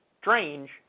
strange